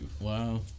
Wow